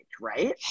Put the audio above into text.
right